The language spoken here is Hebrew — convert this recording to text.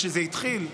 כשזה התחיל,